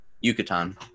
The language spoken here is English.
Yucatan